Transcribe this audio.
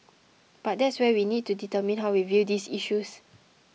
but that's where we need to determine how we view these issues